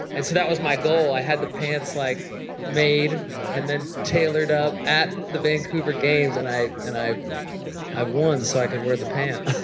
and so that was my goal. i had the pants like made and then tailored up at the vancouver games, and i and i won so i could wear the pants.